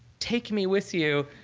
take me with you.